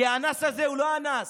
כי האנס הזה הוא לא אנס,